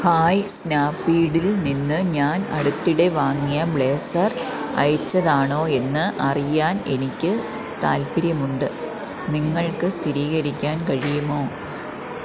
hi സ്നാപീഡിൽ നിന്ന് ഞാൻ അടുത്തിടെ വാങ്ങിയ ബ്ലേസർ അയച്ചതാണോ എന്ന് അറിയാൻ എനിക്ക് താൽപ്പര്യമുണ്ട് നിങ്ങൾക്ക് സ്ഥിരീകരിക്കാൻ കഴിയുമോ